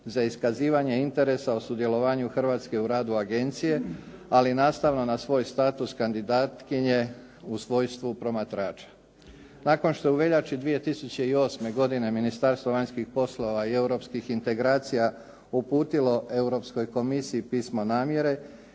za iskazivanje interesa o sudjelovanju Hrvatske o radu agencije, ali nastavno na svoj status kandidatkinje u svojstvu promatrača. Nakon što je u veljači 2008. godine Ministarstvo vanjskih poslova i europskih integracija uputilo Europskoj Komisiji pismo namjere